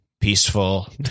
peaceful